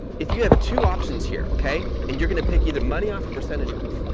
if you have two options here, okay? and you're gonna pick either money off, a percentage off,